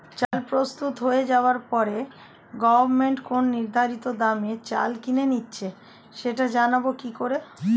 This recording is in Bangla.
চাল প্রস্তুত হয়ে যাবার পরে গভমেন্ট কোন নির্ধারিত দামে চাল কিনে নিচ্ছে সেটা জানবো কি করে?